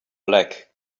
black